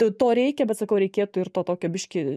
tų to reikia bet sakau reikėtų ir to tokio biški